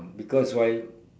because why